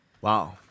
Wow